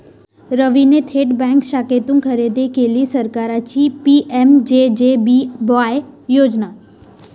रवीने थेट बँक शाखेतून खरेदी केली सरकारची पी.एम.जे.जे.बी.वाय योजना